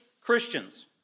Christians